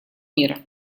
мира